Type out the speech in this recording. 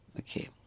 Okay